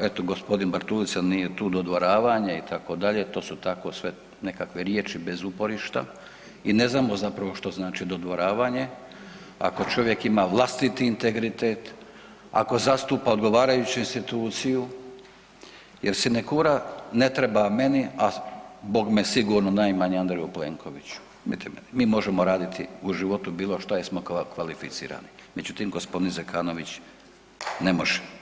eto g. Bartulica nije tu, dodvoravanje itd., to su tako sve nekakve riječi bez uporišta i ne znamo zapravo što znači dodvoravanje ako čovjek ima vlastiti integritet, ako zastupa odgovarajuću instituciju jer sinekura ne treba meni, a bogme sigurno najmanje Andreju Plenkoviću, mi možemo raditi u životu bilo šta jer smo kvalificirani, međutim g. Zekanović ne može.